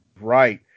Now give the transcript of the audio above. Right